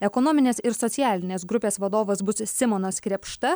ekonominės ir socialinės grupės vadovas bus simonas krėpšta